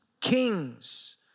kings